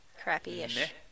crappy-ish